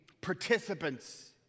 participants